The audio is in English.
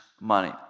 money